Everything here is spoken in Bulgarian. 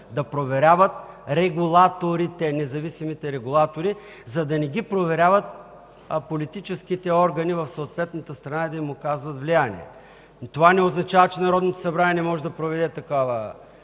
да проверяват независимите регулатори, за да не ги проверяват политическите органи в съответната страна и да им оказват влияние. Това не означава, че Народното събрание не може да проведе такава